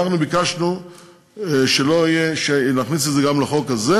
אנחנו ביקשנו שנכניס את זה גם לחוק הזה,